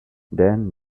then